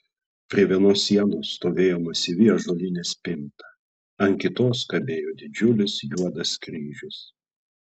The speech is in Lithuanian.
prie vienos sienos stovėjo masyvi ąžuolinė spinta ant kitos kabėjo didžiulis juodas kryžius